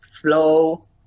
flow